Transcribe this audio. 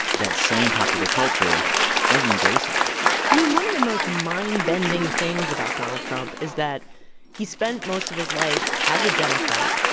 that same popular culture doesn't embrace him i mean, one of the most mind-bending things about donald trump is that he spent most of his life as a democrat,